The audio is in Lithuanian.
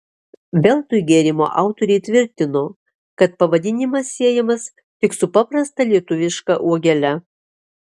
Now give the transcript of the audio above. veltui gėrimo autoriai tvirtino kad pavadinimas siejamas tik su paprasta lietuviška uogele